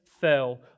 fell